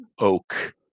oak